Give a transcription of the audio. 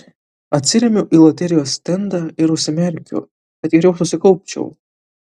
atsiremiu į loterijos stendą ir užsimerkiu kad geriau susikaupčiau